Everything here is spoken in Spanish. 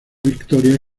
victorias